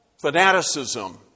fanaticism